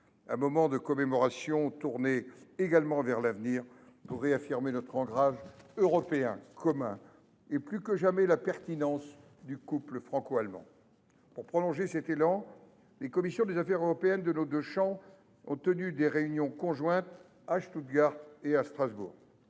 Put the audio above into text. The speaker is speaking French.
Ce moment de commémoration était également tourné vers l’avenir, pour réaffirmer notre ancrage européen commun et, plus que jamais, la pertinence du couple franco allemand. Pour prolonger cet élan, les commissions des affaires européennes de nos deux chambres ont tenu des réunions conjointes à Stuttgart et à Strasbourg.